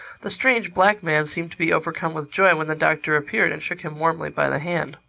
the strange black man seemed to be overcome with joy when the doctor appeared and shook him warmly by the hand.